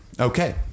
okay